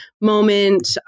moment